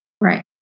Right